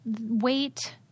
weight